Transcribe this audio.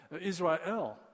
Israel